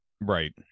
Right